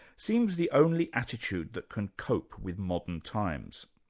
seems the only attitude that can cope with modern times.